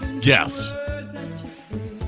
Yes